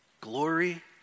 glory